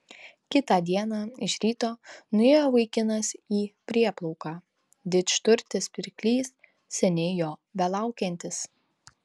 kitą dieną iš ryto nuėjo vaikinas į prieplauką didžturtis pirklys seniai jo belaukiantis